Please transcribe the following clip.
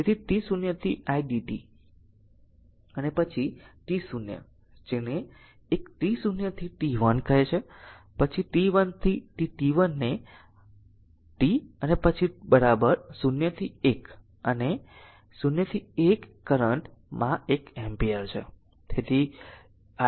તેથી t 0 થી t idt અને પછી t 0 જેને આ એક t 0 થી t 1 કહે છે પછી t 1 થી t t 1 ને t અને પછી 0 થી 1 ને 0 થી 1 કરંટ માં એક એમ્પીયર છે